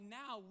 now